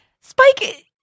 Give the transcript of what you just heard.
Spike